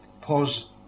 Pause